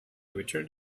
returned